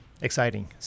exciting